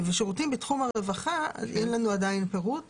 שירותים בתחום הרווחה אין לנו עדיין פירוט